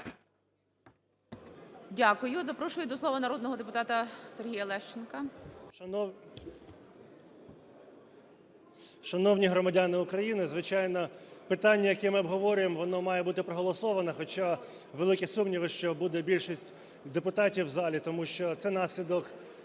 Дякую. Запрошую до слова народного депутата Сергія Лещенка. 13:19:23 ЛЕЩЕНКО С.А. Шановні громадяни України! Звичайно, питання, яке ми обговорюємо, воно має бути проголосовано, хоча великі сумніви, що буде більшість депутатів в залі. Тому що це наслідок